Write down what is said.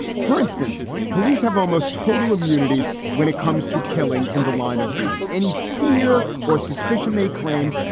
for instance, police have almost total immunity when it comes to killing in the line of duty. any fear or suspicion, they claim,